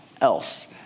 else